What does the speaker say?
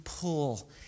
pull